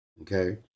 Okay